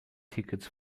tickets